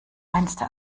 reinste